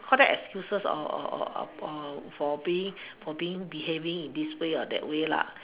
call that excuses for being for being behaving in this way or that way